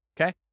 Okay